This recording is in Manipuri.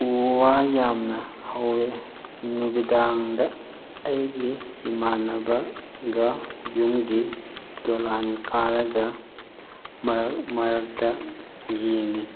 ꯎ ꯋꯥ ꯌꯥꯝꯅ ꯍꯧꯋꯦ ꯅꯨꯃꯤꯗꯥꯡꯗ ꯑꯩꯒꯤ ꯏꯃꯥꯟꯅꯕꯒ ꯌꯨꯝꯒꯤ ꯗꯣꯂꯥꯟ ꯀꯥꯔꯒ ꯃꯔꯛ ꯃꯔꯛꯇ ꯌꯦꯡꯏ